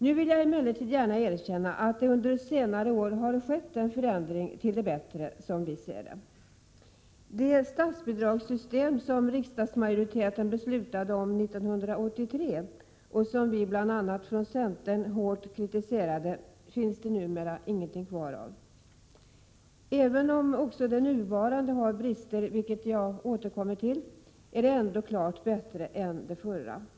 Nu vill jag emellertid gärna erkänna att det under senare år har, som vi ser det, skett en förändring till det bättre. Det statsbidragssystem som riksdagsmajoriteten beslutade om 1983 och som bl.a. vi från centern hårt kritiserade, finns det numera ingenting kvar av. Även om också det nuvarande systemet har brister, vilket jag återkommer till, är det ändå klart bättre än det förra systemet.